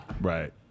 Right